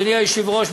אדוני היושב-ראש,